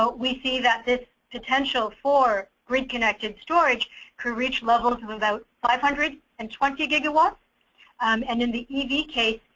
but we see that this potential for reconnected storage who reached level without five hundred and twenty gigawatts um and then the ev case,